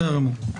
בסדר גמור.